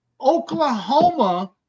Oklahoma